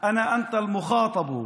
נמצא "אני".